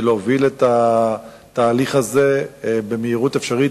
ולהוביל את התהליך הזה במהירות אפשרית.